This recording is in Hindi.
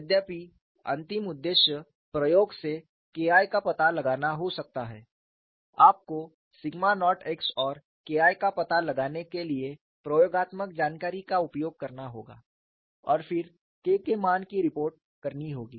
यद्यपि अंतिम उद्देश्य प्रयोग से K I का पता लगाना हो सकता है आपको सिग्मा नॉट x और K I का पता लगाने के लिए प्रयोगात्मक जानकारी का उपयोग करना होगा और फिर K के मान की रिपोर्ट करनी होगी